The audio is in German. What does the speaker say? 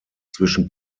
zwischen